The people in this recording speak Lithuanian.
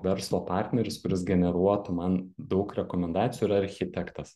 verslo partneris kuris generuotų man daug rekomendacijų yra architektas